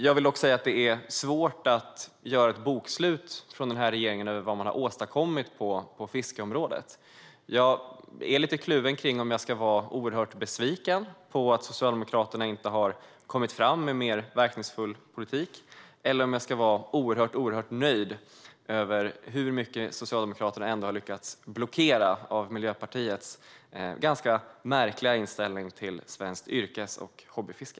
Jag vill dock säga att det är svårt att göra ett bokslut över vad den här regeringen har åstadkommit på fiskeområdet. Jag är lite kluven kring om jag ska vara oerhört besviken på att Socialdemokraterna inte har kommit fram med en mer verkningsfull politik eller om jag ska vara oerhört nöjd med hur mycket Socialdemokraterna ändå har lyckats blockera av Miljöpartiets ganska märkliga inställning till svenskt yrkes och hobbyfiske.